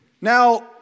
Now